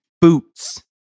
boots